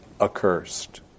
accursed